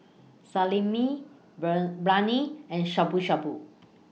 Salami Brain Biryani and Shabu Shabu